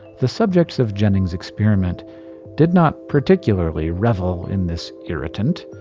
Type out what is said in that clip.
the subjects of jennings' experiment did not particularly revel in this irritant.